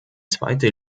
zweite